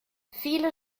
viele